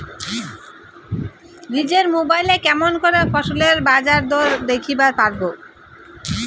নিজের মোবাইলে কেমন করে ফসলের বাজারদর দেখিবার পারবো?